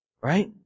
Right